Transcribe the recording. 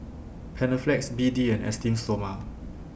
Panaflex B D and Esteem Stoma